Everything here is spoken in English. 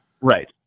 Right